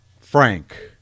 Frank